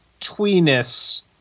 tweeness